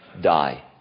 die